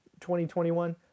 2021